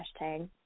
hashtag